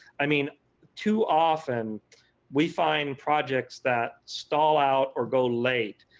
i mean too often we find projects that stall out or go late.